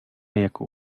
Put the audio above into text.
jako